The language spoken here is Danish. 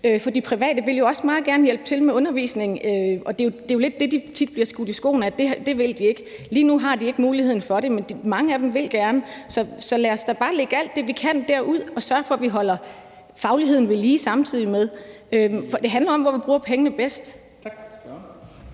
for de private vil jo også meget gerne hjælpe til med undervisning. De bliver jo tit lidt skudt i skoene, at de ikke vil det. Lige nu har de ikke muligheden for det, men mange af dem vil gerne, så lad os da bare lægge alt det, vi kan, derud, og så sørge for, at vi samtidig holder fagligheden vedlige. Det handler om, hvor vi bruger pengene bedst. Kl.